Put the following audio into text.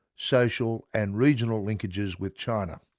social and regional linkages with china.